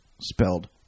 spelled